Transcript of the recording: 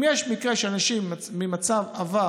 אם יש מקרה של אנשים שממצב עבר